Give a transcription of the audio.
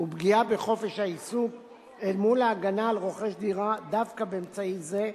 ופגיעה בחופש העיסוק אל מול ההגנה על רוכש דירה דווקא באמצעי זה,